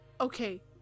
Okay